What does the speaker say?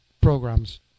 programs